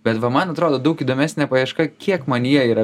bet va man atrodo daug įdomesnė paieška kiek manyje yra